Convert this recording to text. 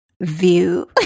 view